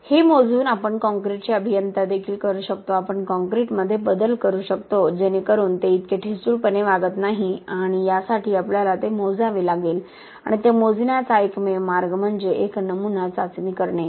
तर हे मोजून आपण काँक्रीटचे अभियंता देखील करू शकतो आपण काँक्रीटमध्ये बदल करू शकतो जेणेकरुन ते इतके ठिसूळपणे वागत नाही आणि यासाठी आपल्याला ते मोजावे लागेल आणि ते मोजण्याचा एकमेव मार्ग म्हणजे एक नमुना चाचणी करणे